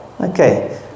Okay